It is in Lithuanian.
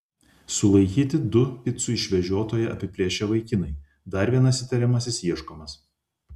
sulaikyti du picų išvežiotoją apiplėšę vaikinai dar vienas įtariamasis ieškomas